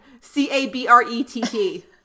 c-a-b-r-e-t-t